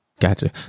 Gotcha